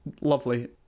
lovely